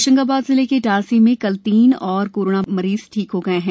होशंगाबाद जिले के इटारसी में कल तीन और कोरोना मरीज ठीक हो गए हैं